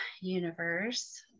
universe